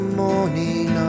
morning